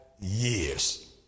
years